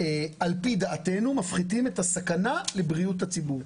פי דעתנו, מפחיתים את הסכנה לבריאות הציבור.